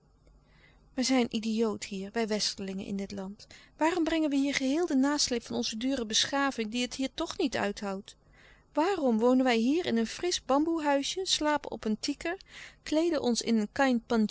wij zijn idioot hier wij westerlingen in dit land waarom brengen we hier geheel den nasleep van onze dure beschaving die het hier toch niet uithoudt waarom wonen wij hier niet in een frisch bamboe huisje slapen op een tiker kleeden ons in